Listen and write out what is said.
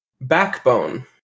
Backbone